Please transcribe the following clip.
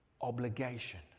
obligation